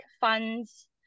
funds